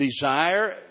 desire